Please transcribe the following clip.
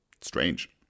Strange